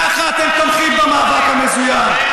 ככה אתם תומכים במאבק המזוין.